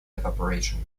evaporation